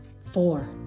Four